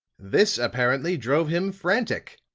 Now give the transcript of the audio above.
this apparently drove him frantic,